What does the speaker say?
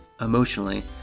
emotionally